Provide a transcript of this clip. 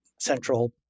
central